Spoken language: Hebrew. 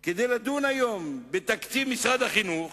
גם כדי לדון היום בתקציב משרד החינוך